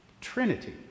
Trinity